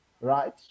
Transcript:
right